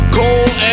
cold